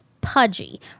pudgy